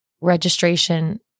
registration